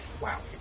wow